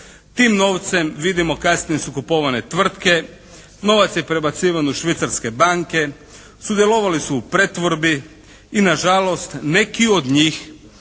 Tim novcem vidimo kasnije su kupovane tvrtke, novac je prebacivan u švicarske banke, sudjelovali su u pretvorbi i nažalost neki od njih,